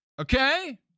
Okay